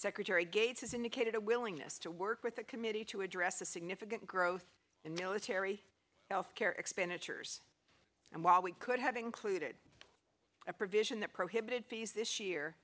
secretary gates has indicated a willingness to work with the committee to address a significant growth in military health care expenditures and while we could have included a provision that prohibited this year